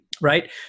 Right